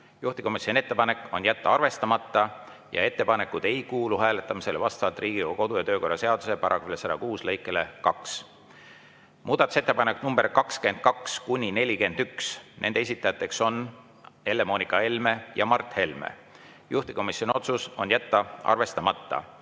juhtivkomisjoni ettepanek on jätta arvestamata ja ettepanekud ei kuulu hääletamisele vastavalt Riigikogu kodu‑ ja töökorra seaduse § 106 lõikele 2. Muudatusettepanekud nr 22–41. Nende esitajad on Helle-Moonika Helme ja Mart Helme. Juhtivkomisjoni otsus on jätta arvestamata